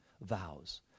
vows